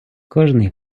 кожний